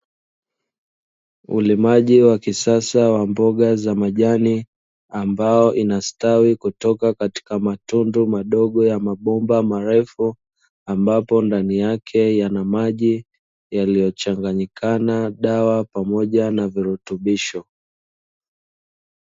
Ulimaji wa kisasa wa Mboga za Majani, ambayo inastawi kutoka katika matundu ya mabomba madogo marefu, ambayo ndani yake yana maji yaliyochanganyikana na maji pamoja na virutubisho.